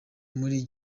muri